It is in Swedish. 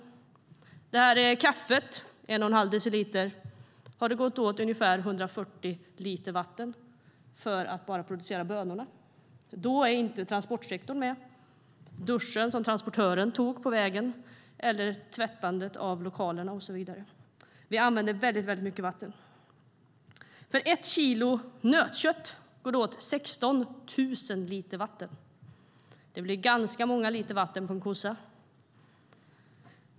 För att producera bara bönorna till en och en halv deciliter kaffe har det gått åt ungefär 140 liter vatten. Då är inte transportsektorn inräknad, och inte heller duschen som transportören tog på vägen, tvättandet av lokalerna och så vidare. Vi använder väldigt mycket vatten. För att producera ett kilo nötkött går det åt 16 000 liter vatten. Det blir ganska många liter vatten på en kossa.